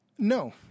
No